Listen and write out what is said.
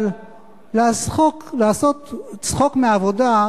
אבל לעשות צחוק מהעבודה,